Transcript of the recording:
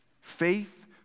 Faith